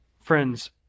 Friends